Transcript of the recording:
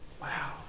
wow